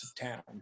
town